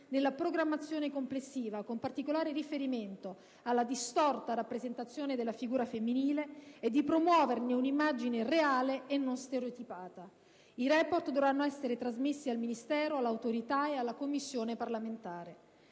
nella programmazione complessiva, con particolare riferimento alla distorta rappresentazione della figura femminile, e di promuoverne un'immagine reale e non stereotipata. I *report* dovranno essere trasmessi al Ministero, all'Autorità, e alla Commissione parlamentare».